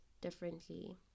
differently